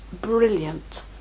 brilliant